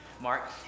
Mark